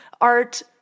art